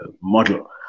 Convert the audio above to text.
model